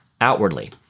outwardly